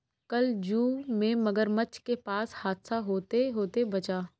कल जू में मगरमच्छ के पास हादसा होते होते बचा